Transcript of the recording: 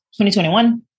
2021